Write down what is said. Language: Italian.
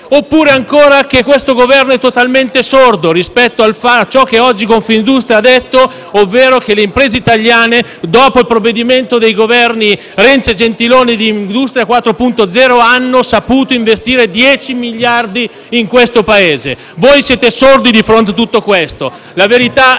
per investire, che questo Governo è totalmente sordo rispetto a ciò che oggi Confindustria ha detto, ovvero che le imprese italiane, dopo il provvedimento industria 4.0 dei Governi Renzi e Gentiloni Silveri, hanno saputo investire 10 miliardi in questo Paese. Voi siete sordi di fronte a tutto ciò.